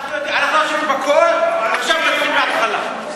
אנחנו אשמים בכול, עכשיו תתחיל מההתחלה.